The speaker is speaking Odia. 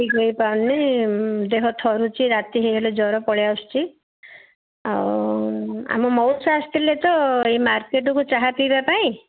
ଠିକ୍ ହେଇ ପାରୁନି ଦେହ ଥରୁଛି ରାତି ହେଇଗଲେ ଜର ପଳାଇ ଆସୁଛି ଆଉ ଆମ ମଉସା ଆସିଥିଲେ ତ ଏଇ ମାର୍କେଟ୍କୁ ଚାହା ପିଇବା ପାଇଁ